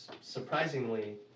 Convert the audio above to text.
surprisingly